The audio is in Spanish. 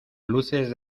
luces